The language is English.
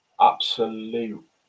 absolute